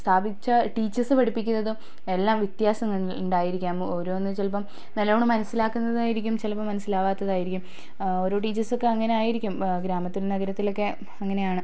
സ്ഥാപിച്ച ടീച്ചേർസ് പഠിപ്പിക്കുന്നതും എല്ലാം വ്യത്യാസം ഉണ്ട് ഉണ്ടായിരിക്കാം ഓരോന്ന് ചിലപ്പം നല്ലവണ്ണം മനസ്സിലാക്കുന്നതായിരിക്കും ചിലപ്പം മനസ്സിലാവാത്തത് ആയിരിക്കും ഓരോ ടീച്ചേർസ് ഒക്കെ അങ്ങനെ ആയിരിക്കും ഗ്രാമത്തിലും നഗരത്തിലും ഒക്കെ അങ്ങനെയാണ്